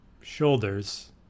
shoulders